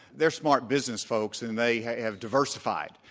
they're smart business folks, and they have diversified.